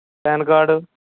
PAN card